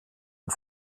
und